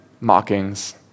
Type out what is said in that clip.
mockings